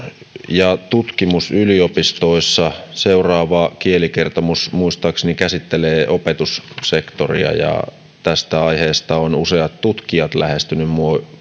ja tutkimus yliopistoissa seuraava kielikertomus muistaakseni käsittelee opetussektoria ja tästä aiheesta ovat useat tutkijat lähestyneet minua